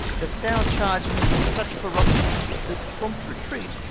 the sow charged me with such ferocity that prompt retreat,